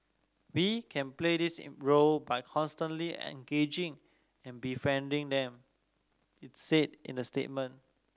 we can play this in by constantly engaging and befriending them it's said in a statement